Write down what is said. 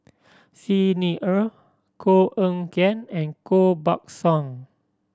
Xi Ni Er Koh Eng Kian and Koh Buck Song